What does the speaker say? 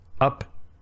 up